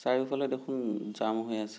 চাৰিওফালে দেখোন জাম হৈ আছে